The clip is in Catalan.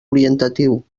orientatiu